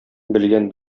белгән